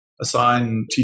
assign